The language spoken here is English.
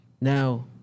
Now